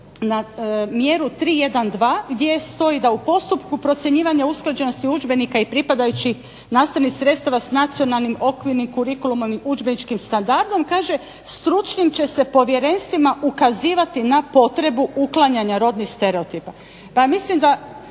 na mjeru 3.1.2 gdje stoji da u postupku procjenjivanja usklađenosti udžbenika i pripadajućih nastavnih sredstava s nacionalnim okvirnim kurikulumom i udžbeničkim standardom kaže stručnim će se povjerenstvima ukazivati na potrebu uklanjanja rodnih stereotipa.